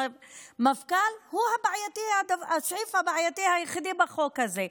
מפכ"ל הוא הסעיף הבעייתי היחיד בחוק הזה.